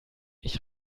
ich